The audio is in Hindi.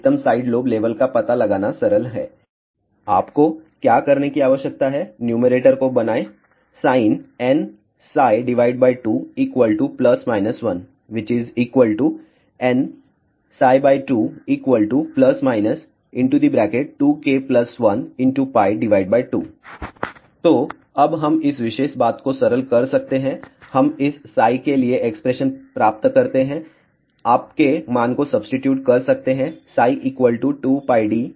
अधिकतम साइड लोब लेवल का पता लगाना सरल है आपको क्या करने की आवश्यकता है न्यूमैरेटर को बनाएं sinnψ2±1 → nψ2±2k12 तो अब हम इस विशेष बात को सरल कर सकते हैं हम इस के लिए एक्सप्रेशन प्राप्त करते हैं आपके मान को सब्सीटीट्यूट कर सकते हैं ψ2πdcosϕ